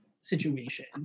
situation